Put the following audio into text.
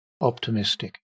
optimistic